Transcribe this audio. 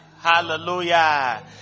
hallelujah